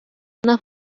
una